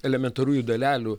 elementariųjų dalelių